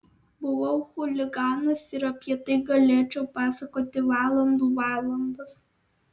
buvau chuliganas ir apie tai galėčiau pasakoti valandų valandas